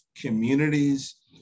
communities